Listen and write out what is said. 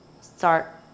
start